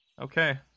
Okay